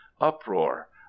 uproar